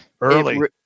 early